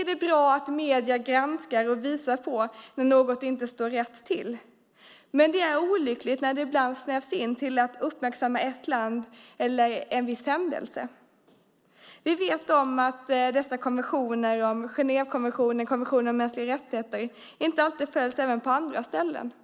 Det är bra att medierna granskar och visar när något inte står rätt till. Det är dock olyckligt när det ibland snävas in så att endast ett visst land eller en viss händelse uppmärksammas. Vi vet att Genèvekonventionen och konventionen om mänskliga rättigheter inte alltid följs på andra ställen heller.